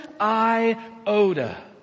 iota